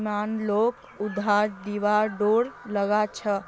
बेईमान लोगक उधार दिबार डोर लाग छ